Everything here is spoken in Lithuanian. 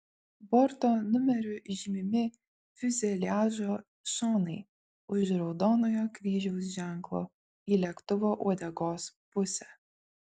borto numeriu žymimi fiuzeliažo šonai už raudonojo kryžiaus ženklo į lėktuvo uodegos pusę